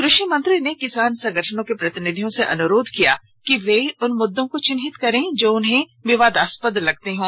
कृषि मंत्री ने किसान संगठनों के प्रतिनिधियों से अनुरोध किया कि वे उन मुद्दों को चिह्नित करें जो उन्हें विवादास्पद लगते हों